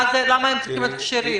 למה הם צריכים להיות כשרים?